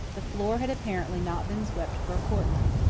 the floor had apparently not been swept for a fortnight.